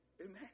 Amen